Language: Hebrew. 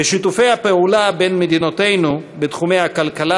ושיתופי הפעולה בין מדינותינו בתחומי הכלכלה,